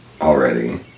already